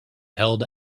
held